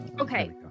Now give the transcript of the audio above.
Okay